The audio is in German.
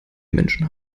menschen